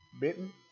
bitten